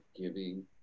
giving